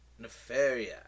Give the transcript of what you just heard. Nefaria